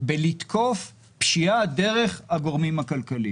בתקיפה דרך הגורמים הכלכליים.